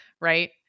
right